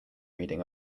reading